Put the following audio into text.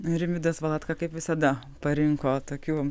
rimvydas valatka kaip visada parinko tokių